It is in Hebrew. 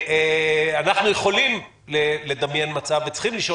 אנחנו יכולים לדמיין מצב וצריכים לשאול